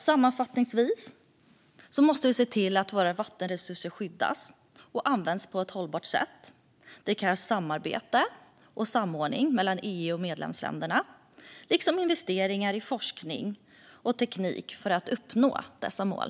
Sammanfattningsvis måste vi se till att våra vattenresurser skyddas och används på ett hållbart sätt. Det krävs samarbete och samordning mellan EU och medlemsländerna liksom investeringar i forskning och teknik för att uppnå dessa mål.